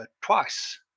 twice